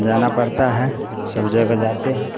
जाना पड़ता है सब जगह जाते हैं